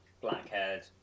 black-haired